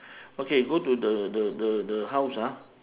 okay go to the the the the house ah